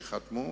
שחתמו,